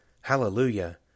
Hallelujah